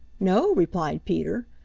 no, replied peter,